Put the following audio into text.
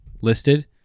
listed